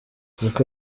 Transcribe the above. niko